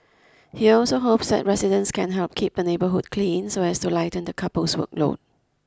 he also hopes that residents can help keep the neighbourhood clean so as to lighten the couple's workload